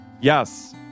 yes